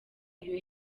iyo